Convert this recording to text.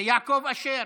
יעקב אשר,